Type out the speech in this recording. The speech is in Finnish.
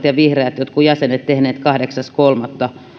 ja vihreiden jotkut jäsenet tehneet kahdeksas kolmatta